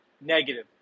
negative